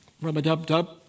Rub-a-dub-dub